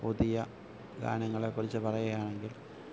പുതിയ ഗാനങ്ങളെ കുറിച്ച് പറയുകയാണെങ്കിൽ